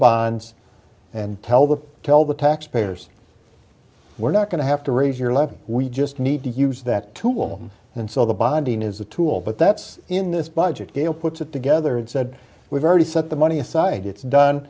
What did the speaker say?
bonds and tell the tell the taxpayers we're not going to have to raise your level we just need to use that tool and so the bonding is a tool but that's in this budget deal puts it together and said we've already set the money aside it's done